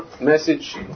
message